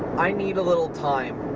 i need a little time